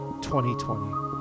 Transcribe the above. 2020